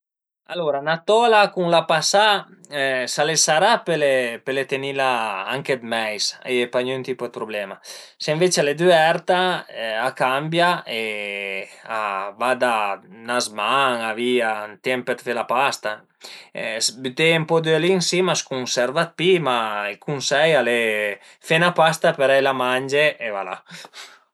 Alura 'na tola cun la pasà s'al e sarà pöle pöle tenila anche dë meis, a ie pa gnün tipo dë problema, së ënvece al e düverta a cambia e a va da 'na zman-a via, ën temp për fe la pasta, büteie ën po d'öli ën sima a s'cunserva dë pi, ma ël cunsei al e fe 'na pasta parei la mange e voilà